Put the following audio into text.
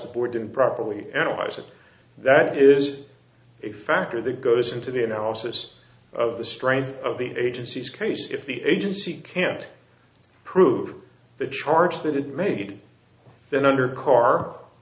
the board didn't properly analyze it that is a factor that goes into the analysis of the strength of the agency's case if the agency can't prove the charge that it made then under c